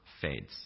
fades